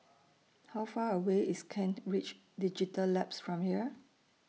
How Far away IS Kent Ridge Digital Labs from here